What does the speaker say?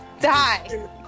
Die